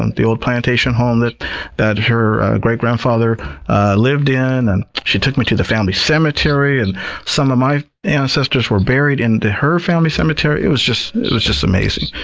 and the old plantation home that that her great-grandfather lived in. and she took me to the family cemetery, and some of my ancestors were buried in her family cemetery. it was just was just amazing.